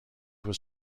was